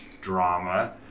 drama